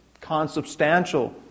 consubstantial